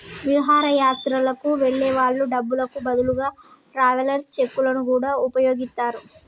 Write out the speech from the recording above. విహారయాత్రలకు వెళ్ళే వాళ్ళు డబ్బులకు బదులుగా ట్రావెలర్స్ చెక్కులను గూడా వుపయోగిత్తరు